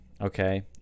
okay